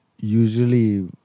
Usually